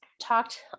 talked